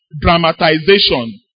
dramatization